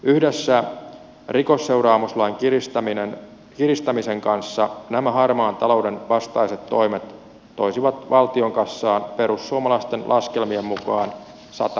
yhdessä rikosseuraamuslain kiristämisen kanssa nämä harmaan talouden vastaiset toimet toisivat valtion kassaan perussuomalaisten laskelmien mukaan sata